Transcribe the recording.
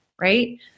right